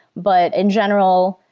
but in general,